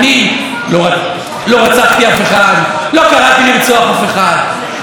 אני לא רצחתי אף אחד, לא קראתי לרצוח אף אחד.